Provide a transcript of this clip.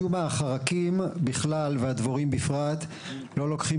משום מה החרקים בכלל והדבורים בפרט לא לוקחים